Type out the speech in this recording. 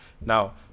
Now